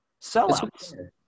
Sellouts